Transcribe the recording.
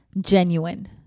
genuine